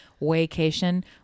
vacation